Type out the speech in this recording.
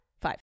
Five